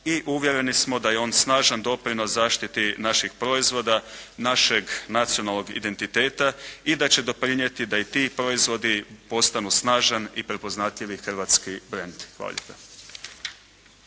i uvjereni smo da je on snažan doprinos zaštiti naših proizvoda, našeg nacionalnog identiteta i da će doprinijeti da i ti proizvodi postanu snažan i prepoznatljivi hrvatski brend. Hvala lijepo.